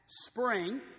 spring